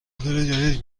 جدید